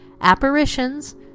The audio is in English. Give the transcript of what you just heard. apparitions